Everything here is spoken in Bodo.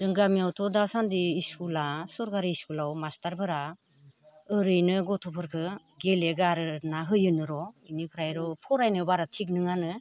जोंनि गामियावथ' दासान्दि इस्कुला सरखारि इस्कुलाव मास्टारफोरा ओरैनो गथ'फोरखो गेलेगारोना होयोनो र' इनिफ्राय आरो फरायनायाव बारा थि नङानो